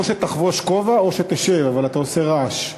או שתחבוש כובע או שתשב, אבל אתה עושה רעש,